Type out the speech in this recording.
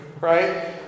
right